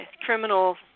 criminal